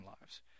lives